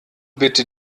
bitte